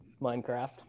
minecraft